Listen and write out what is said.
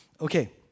Okay